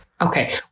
Okay